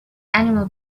animal